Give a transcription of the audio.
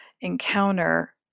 encounter